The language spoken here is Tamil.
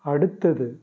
அடுத்தது